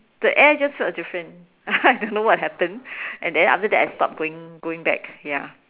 the air just felt different I don't know what happened and then after that I stopped going going back ya